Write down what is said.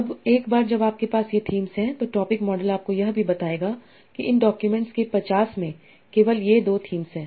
अब एक बार जब आपके पास ये थीम हैं तो टॉपिक मॉडल आपको यह भी बताएगा कि इन डाक्यूमेंट्स के 50 में केवल ये 2 थीम्स हैं